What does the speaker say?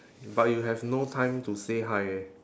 but you have no time to say hi eh